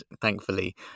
thankfully